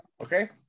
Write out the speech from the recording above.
Okay